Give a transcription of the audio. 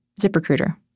ZipRecruiter